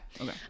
Okay